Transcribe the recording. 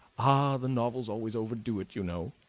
ah, the novels always overdo it, you know,